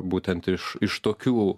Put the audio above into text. būtent iš iš tokių